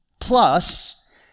plus